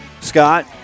Scott